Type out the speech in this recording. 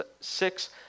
six